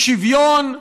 בשוויון ובצדק.